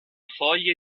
foglie